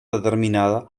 determinada